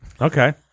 Okay